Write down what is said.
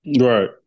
Right